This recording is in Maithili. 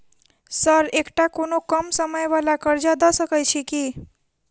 सर एकटा कोनो कम समय वला कर्जा दऽ सकै छी?